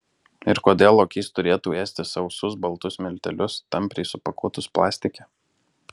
ir kodėl lokys turėtų ėsti sausus baltus miltelius tampriai supakuotus plastike